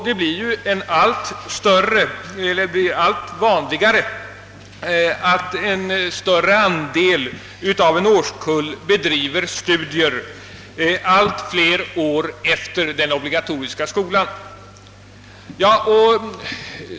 Det blir ju allt vanligare att stora delar av en årskull bedriver studier under flera år efter den obligatoriska skolan.